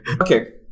Okay